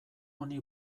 honi